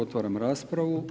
Otvaram raspravu.